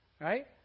right